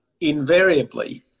invariably